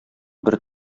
бер